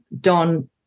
Don